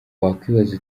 wakwibaza